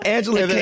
Angela